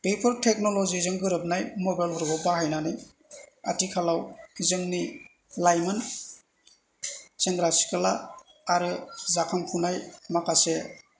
बेफोर टेक्नल'जि जों गोरोबनाय मबेल फोरखौ बाहायनानै आथिखालाव जोंनि लाइमोन सेंग्रा सिख्ला आरो जाखांफुनाय माखासे